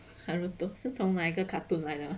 haruto 是从哪一个 cartoon like 了